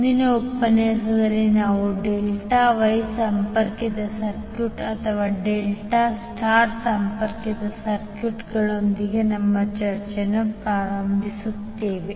ಮುಂದಿನ ಉಪನ್ಯಾಸದಲ್ಲಿ ನಾವು ಡೆಲ್ಟಾ ವೈ ಸಂಪರ್ಕಿತ ಸರ್ಕ್ಯೂಟ್ ಅಥವಾ ಡೆಲ್ಟಾ ಸ್ಟಾರ್ ಸಂಪರ್ಕಿತ ಸರ್ಕ್ಯೂಟ್ನೊಂದಿಗೆ ನಮ್ಮ ಚರ್ಚೆಯನ್ನು ಪ್ರಾರಂಭಿಸುತ್ತೇವೆ